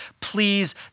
please